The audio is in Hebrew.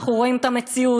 אנחנו רואים את המציאות,